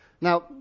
Now